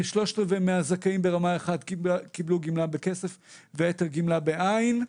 כשלושת-רבעי מהזכאים ברמה 1 קיבלו גמלה בכסף ואת הגמלה בעין.